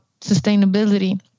sustainability